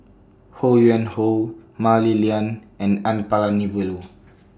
Ho Yuen Hoe Mah Li Lian and N Palanivelu